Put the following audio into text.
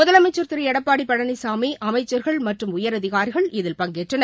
முதலமைச்சர் திரு எடப்பாடி பழனிசாமி அமைச்சர்கள் மற்றும் உயரதிகாரிகள் இதில் பங்கேற்றனர்